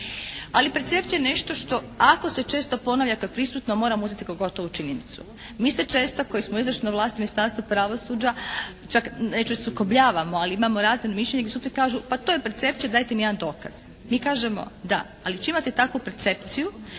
Ali percepcija je nešto ako se često ponavlja, ako je prisutna moramo uzeti kao gotovu činjenicu. Mi se često koji smo izvršna vlast u Ministarstvu pravosuđa čak, neću reći sukobljavamo, ali imamo razna mišljenja i suci kažu pa to je percepcija, dajte mi jedan dokaz. Mi kažemo da, ali će imati takvu percepciju